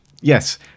yes